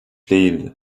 değildi